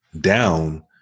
down